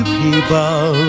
people